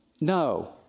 No